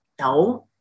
no